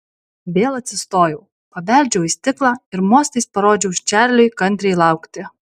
vėl atsistojau pabeldžiau į stiklą ir mostais parodžiau čarliui kantriai laukti